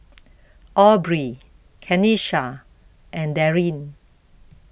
Aubrie Kenisha and Daryn